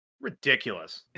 Ridiculous